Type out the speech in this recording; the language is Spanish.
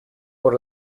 por